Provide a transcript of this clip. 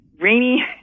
rainy